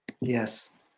Yes